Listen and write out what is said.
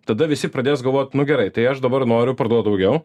tada visi pradės galvot nu gerai tai aš dabar noriu parduot daugiau